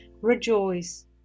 Rejoice